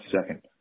second